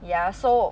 ya so